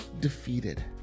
defeated